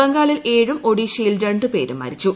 ബംഗാളിൽ ഏഴും ഒഡീഷയിൽ ർണ്ടുപേരും മരിച്ചു